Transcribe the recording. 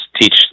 teach